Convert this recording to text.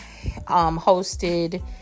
hosted